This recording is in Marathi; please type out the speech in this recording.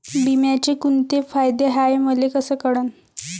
बिम्याचे कुंते फायदे हाय मले कस कळन?